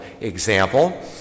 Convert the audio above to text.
example